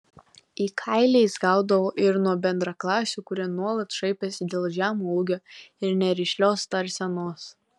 į kailį jis gaudavo ir nuo bendraklasių kurie nuolat šaipėsi dėl žemo ūgio ir nerišlios tarsenos